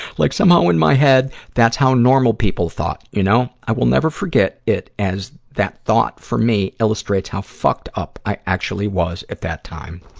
like somehow in my head, that's how normal people thought. you know, i will never forget it as that thought, for me, illustrates how fucked up i actually was at that time.